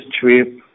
trip